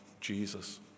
Jesus